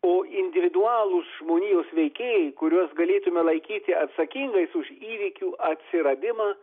o individualūs žmonijos veikėjai kuriuos galėtume laikyti atsakingais už įvykių atsiradimą